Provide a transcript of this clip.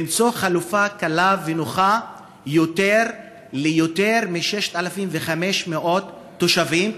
למצוא חלופה קלה ונוחה יותר ליותר מ-6,500 תושבים,